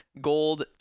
Gold